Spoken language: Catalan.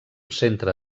centre